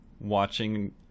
watching